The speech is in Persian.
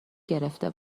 گرفته